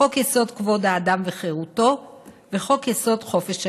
חוק-יסוד: כבוד האדם וחירותו וחוק-יסוד: חופש העיסוק.